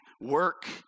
work